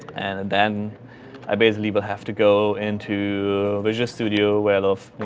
and then i basically will have to go into visual studio where they'll,